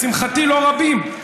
לשמחתי לא רבים,